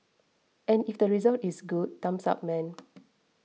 and if the result is good thumbs up man